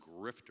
grifter